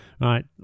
right